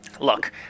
look